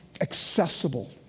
accessible